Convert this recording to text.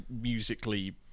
musically